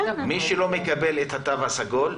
מי שלא מקבל את התו הסגול,